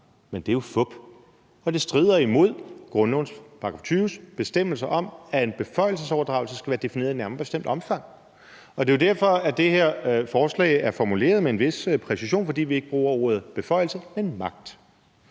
men det er jo fup, og det strider imod grundlovens § 20's bestemmelse om, at en beføjelsesoverdragelse skal være defineret i et nærmere bestemt omfang. Det er jo derfor, det her forslag er formuleret med en vis præcision, fordi vi ikke bruger ordet beføjelse, men magt.